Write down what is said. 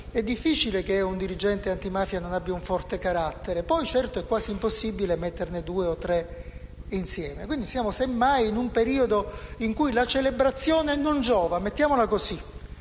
è difficile che un dirigente antimafia non abbia un forte carattere e che poi, certo, è quasi impossibile metterne due o tre insieme. Quindi siamo semmai in un periodo in cui la celebrazione non giova, mettiamola così.